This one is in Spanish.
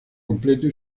completo